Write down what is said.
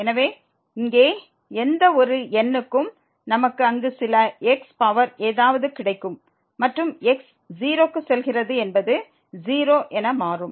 எனவே இங்கே எந்த ஒரு n க்கும் நமக்கு அங்கு சில x பவர் ஏதாவது கிடைக்கும் மற்றும் x 0க்கு செல்கிறது என்பது 0 என மாறும்